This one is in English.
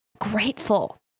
grateful